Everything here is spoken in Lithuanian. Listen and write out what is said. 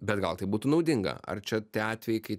bet gal tai būtų naudinga ar čia tie atvejai kai